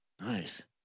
Nice